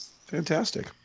Fantastic